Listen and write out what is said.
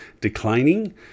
declining